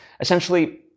essentially